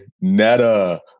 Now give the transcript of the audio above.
Netta